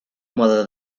mode